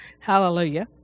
Hallelujah